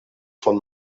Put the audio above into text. von